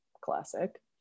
classic